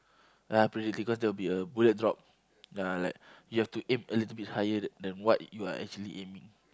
ah predict cause there will be a bullet drop ya like you have to aim a little bit higher than what you are actually aiming